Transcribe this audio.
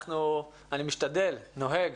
אני משתדל, נוהג